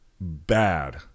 bad